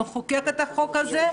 נחוקק את החוק הזה.